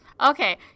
Okay